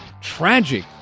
tragic